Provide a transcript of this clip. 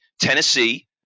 Tennessee